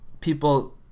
people